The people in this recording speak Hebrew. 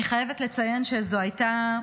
אני חייבת לציין שזו הייתה,